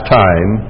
time